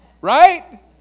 Right